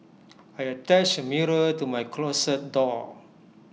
I attached A mirror to my closet door